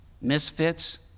misfits